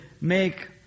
make